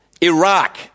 Iraq